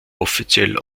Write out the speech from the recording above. offiziell